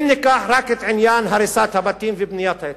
אם ניקח רק את עניין הריסת הבתים ובניית ההתנחלויות.